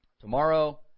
Tomorrow